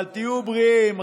אבל תהיו בריאים,